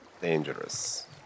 dangerous